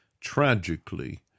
tragically